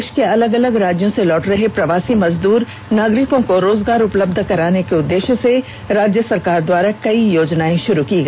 देश के अलग अलग राज्यों से लौट रहे प्रवासी मजदूर नागरिकों को रोजगार उपलब्ध कराने के उद्देश्य से राज्य सरकार द्वारा कई योजनाएं शुरू की गई है